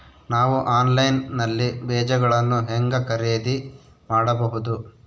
ನಾವು ಆನ್ಲೈನ್ ನಲ್ಲಿ ಬೇಜಗಳನ್ನು ಹೆಂಗ ಖರೇದಿ ಮಾಡಬಹುದು?